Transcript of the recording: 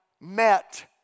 met